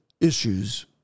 issues